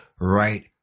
right